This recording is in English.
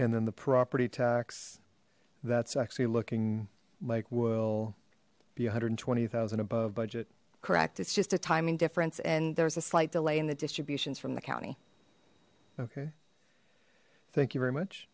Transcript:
and then the property tax that's actually looking like will be one hundred and twenty thousand above budget correct it's just a timing difference and there's a slight delay in the distributions from the county okay thank you very much